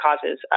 causes